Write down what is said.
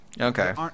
Okay